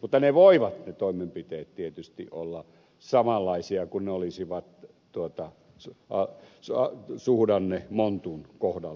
mutta ne voivat ne toimenpiteet tietysti olla samanlaisia kuin ne olisivat suhdannemontun kohdallakin